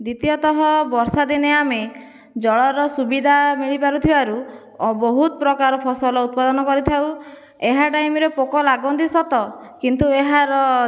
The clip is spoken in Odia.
ଦ୍ୱିତୀୟତଃ ବର୍ଷାଦିନେ ଆମେ ଜଳର ସୁବିଧା ମିଳିପାରୁଥିବାରୁ ବହୁତ ପ୍ରକାର ଫସଲ ଉତ୍ପାଦନ କରିଥାଉ ଏହା ଟାଇମ୍ରେ ପୋକ ଲାଗନ୍ତି ସତ କିନ୍ତୁ ଏହାର